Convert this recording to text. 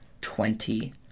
twenty